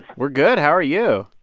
we're good. how are you?